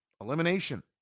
elimination